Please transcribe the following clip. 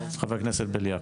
חבר הכנסת בליאק.